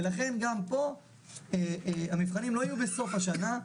ולכן גם פה המבחנים לא יהיו בסוף השנה,